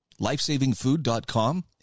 lifesavingfood.com